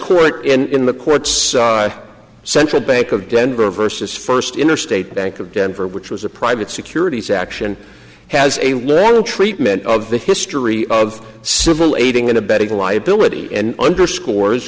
court in the courts central bank of denver versus first interstate bank of denver which was a private securities action has a lot of treatment of the history of civil aiding and abetting the liability and underscores